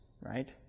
right